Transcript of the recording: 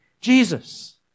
Jesus